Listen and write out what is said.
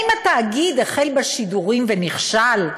האם התאגיד החל בשידורים ונכשל?